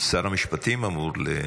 שר המשפטים אמור?